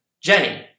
Jenny